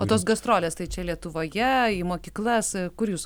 o tos gastrolės tai čia lietuvoje į mokyklas kur jūs